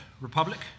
republic